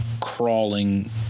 crawling